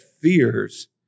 fears